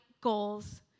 goals